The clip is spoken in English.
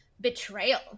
betrayal